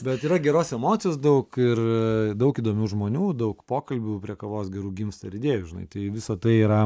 bet yra geros emocijos daug ir daug įdomių žmonių daug pokalbių prie kavos gerų gimsta ir idėjų žinai tai visa tai yra